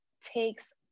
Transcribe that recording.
takes